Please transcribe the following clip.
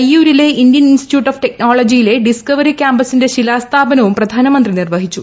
തൈയ്യൂരിലെ Indian Institute of ടെക്ന്റ്യേള്ജിയിലെ discovery ക്യാമ്പസിന്റെ ശിലാസ്ഥാപനവും പ്രധാന്ദമിന്തി നിർവ്വഹിച്ചു